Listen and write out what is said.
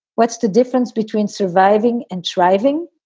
what's the difference between surviving and thriving?